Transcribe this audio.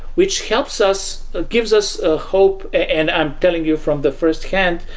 which helps us ah gives us a hope. and i'm telling you from the firsthand,